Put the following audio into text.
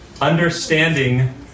understanding